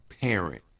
parent